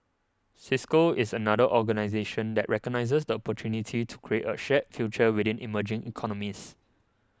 Cisco is another organisation that recognises the opportunity to create a shared future within emerging economies